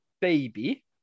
Baby